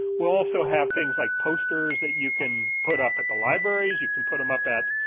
we also have things like posters that you can put up at the libraries, you can put them up at